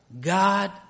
God